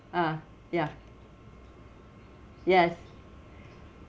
ah ya yes